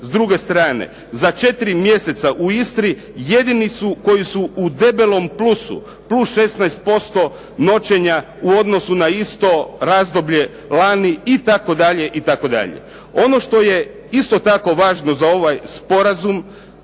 s druge strane za četiri mjeseca u Istri jedini su koji su u debelom plusu, plus 16% noćenja u odnosu na isto razdoblje lani itd. Ono što je isto tako važno za ovaj sporazum